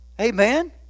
Amen